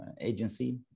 agency